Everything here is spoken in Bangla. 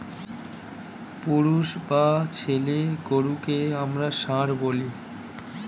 পুরুষ বা ছেলে গরুকে আমরা ষাঁড় বলি